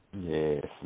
Yes